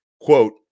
Quote